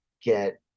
get